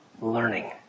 learning